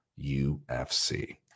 UFC